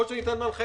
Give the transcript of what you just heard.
או שניתנת הנחיה,